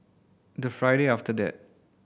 the Friday after that